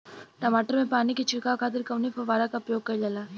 टमाटर में पानी के छिड़काव खातिर कवने फव्वारा का प्रयोग कईल जाला?